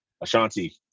Ashanti